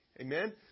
Amen